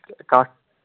کَتھ